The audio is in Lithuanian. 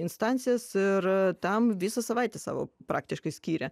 instancijas ir tam visą savaitę savo praktiškai skyrė